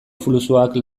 fluxuak